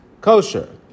kosher